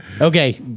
Okay